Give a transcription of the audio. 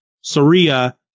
Soria